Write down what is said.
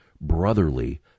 brotherly